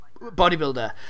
bodybuilder